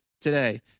today